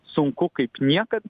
sunku kaip niekad